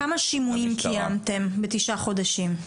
כמה שימועים קיימתם בתשעה חודשים?